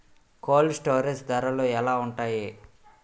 Cold storage ధరలు ఎలా ఉంటాయి?